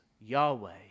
Yahweh